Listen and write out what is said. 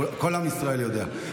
כל עם ישראל יודע.